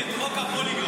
אני אגיד לך מה הבעיה.